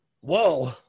Whoa